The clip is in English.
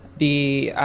the.